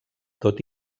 tot